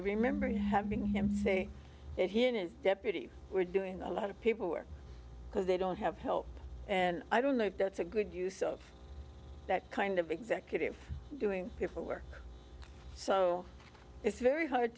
remember having him say that he and his deputy were doing a lot of people were because they don't have help and i don't know if that's a good use of that kind of executive doing paperwork so it's very hard